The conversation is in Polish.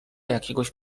jakiegoś